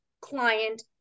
client